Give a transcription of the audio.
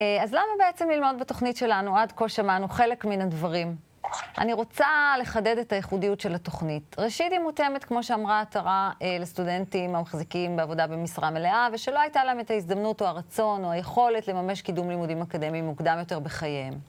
אז למה בעצם ללמוד בתוכנית שלנו, עד כה שמענו, חלק מן הדברים? אני רוצה לחדד את הייחודיות של התוכנית. ראשית היא מותאמת, כמו שאמרה עטרה, לסטודנטים המחזיקים בעבודה במשרה מלאה ושלא הייתה להם את ההזדמנות או הרצון או היכולת לממש קידום לימודים אקדמיים מוקדם יותר בחייהם.